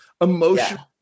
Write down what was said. emotional